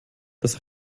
das